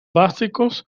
básicos